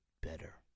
better